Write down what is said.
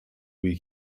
wee